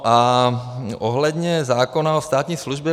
A ohledně zákona o státní službě.